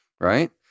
right